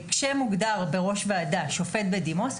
כאשר מוגדר בראש ועדה שופט בדימוס,